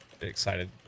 excited